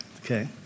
Okay